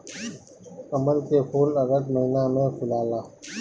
कमल के फूल अगस्त महिना में फुलाला